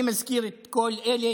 אני מזכיר את כל אלה,